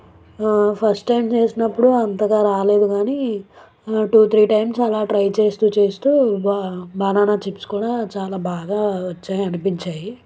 first time చేసినప్పుడు అంతగా రాలేదు కానీ టూ త్రీ టైమ్స్ అలా ట్రై చేస్తూ చేస్తూ బ బనానా చిప్స్ కూడా చాలా బాగా వచ్చాయి అనిపించాయి